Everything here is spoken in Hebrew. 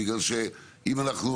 בגלל שאם אנחנו,